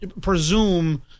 presume